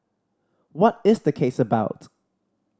what is the case about